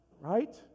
right